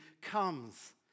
comes